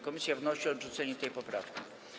Komisja wnosi o odrzucenie tej poprawki.